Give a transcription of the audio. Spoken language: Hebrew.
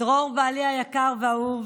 של דרור, בעלי היקר והאהוב,